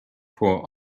for